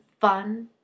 fun